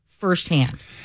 firsthand